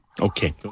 Okay